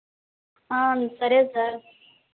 సరే సార్